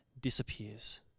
disappears